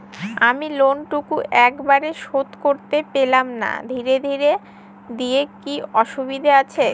আমি লোনটুকু একবারে শোধ করতে পেলাম না ধীরে ধীরে দিলে কি অসুবিধে আছে?